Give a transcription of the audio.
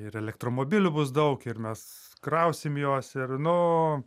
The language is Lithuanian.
ir elektromobilių bus daug ir mes krausime juos ir nu